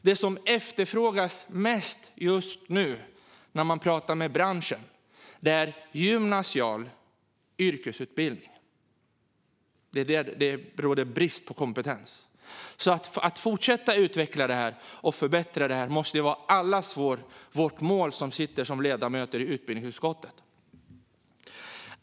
Det som efterfrågas mest just nu av branschen är gymnasial yrkesutbildning. Det råder brist på sådan kompetens. Att fortsätta att utveckla och förbättra detta måste därför vara målet för alla oss ledamöter i utbildningsutskottet.